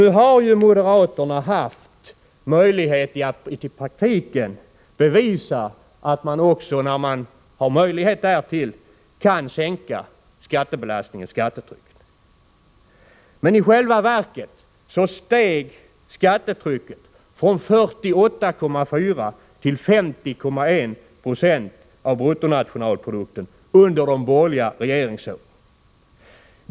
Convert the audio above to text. Nu har ju moderaterna haft möjlighet att i praktiken bevisa att de kan sänka skattetrycket, men i själva verket steg skattebelastningen från 48,4 till 50,1 26 av bruttonationalprodukten under de borgerliga regeringsåren.